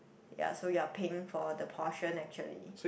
ya so you are paying for the portion actually